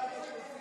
ההצעה